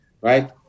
right